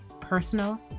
personal